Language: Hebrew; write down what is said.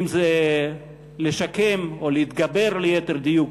אם לשקם, או להתגבר, ליתר דיוק,